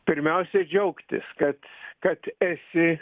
pirmiausiai džiaugtis kad kad esi